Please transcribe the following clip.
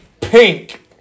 pink